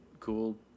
cool